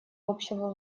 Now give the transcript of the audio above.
общего